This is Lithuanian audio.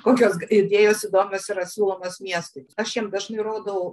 kokios idėjos įdomios yra siūlomas miestui aš jiem dažnai rodau